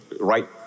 right